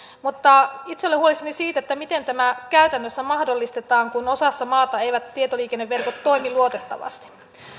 mutta itse olen huolissani siitä miten tämä käytännössä mahdollistetaan kun osassa maata eivät tietoliikenneverkot toimi luotettavasti